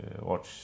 watch